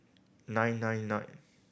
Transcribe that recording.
nine nine nine